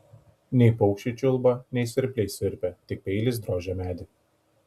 nei paukščiai čiulba nei svirpliai svirpia tik peilis drožia medį